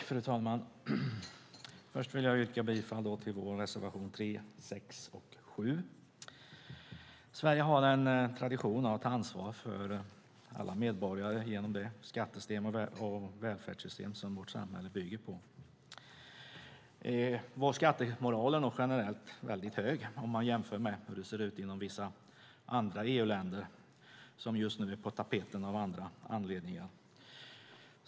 Fru talman! Först vill jag yrka bifall till våra reservationer 3, 6 och 7. Sverige har en tradition av att ta ansvar för alla medborgare genom det skattesystem och det välfärdssystem som vårt samhälle bygger på. Vår skattemoral är nog generellt väldigt hög, om man jämför med hur det ser ut inom vissa andra EU-länder som just nu är på tapeten av andra anledningar.